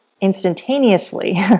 instantaneously